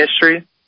history